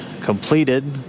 completed